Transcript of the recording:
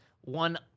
one